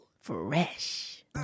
Fresh